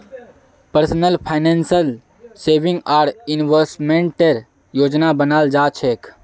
personal फाइनेंसत saving आर इन्वेस्टमेंटेर योजना बनाल जा छेक